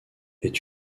est